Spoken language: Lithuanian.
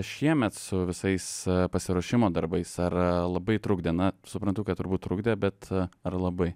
šiemet su visais pasiruošimo darbais ar labai trukdė na suprantu kad turbūt trukdė bet ar labai